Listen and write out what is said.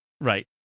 right